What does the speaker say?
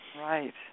Right